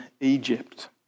Egypt